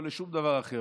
לא לשום דבר אחר.